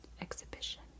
exhibition